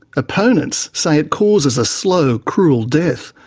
opponents say it causes a slow cruel death.